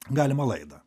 galimą laidą